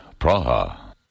Praha